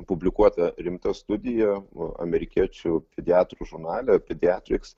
publikuota rimta studija amerikiečių pediatrų žurnale pediatrics